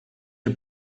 the